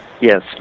yes